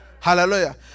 Hallelujah